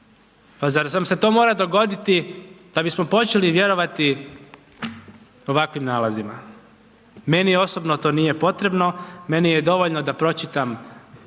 Pa zar nam se to mora dogoditi da bismo počeli vjerovat ovakvim nalazima? Meni osobno to nije potrebno, meni je dovoljno da pročitam